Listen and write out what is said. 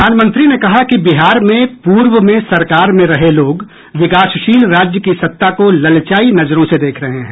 प्रधानमंत्री ने कहा कि बिहार में पूर्व में सरकार में रहे लोग विकासशील राज्य की सत्ता को ललचाई नजरों से देख रहे हैं